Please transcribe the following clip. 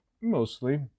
Mostly